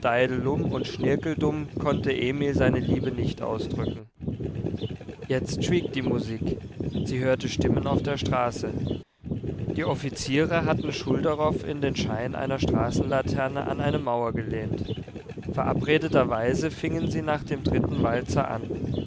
und schnirkeldum konnte emil seine liebe nicht ausdrücken jetzt schwieg die musik sie hörte stimmen auf der straße die offiziere hatten schulderoff in den schein einer straßenlaterne an eine mauer gelehnt verabredeterweise fingen sie nach dem dritten walzer an